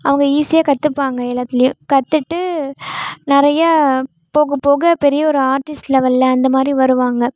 அவங்க ஈஸியாக கற்றுப்பாங்க எல்லாத்திலையும் கத்துகிட்டு நிறைய போகப்போக பெரிய ஒரு ஆர்ட்டிஸ்ட் லெவல்ல அந்தமாதிரி வருவாங்க